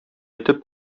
итеп